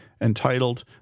entitled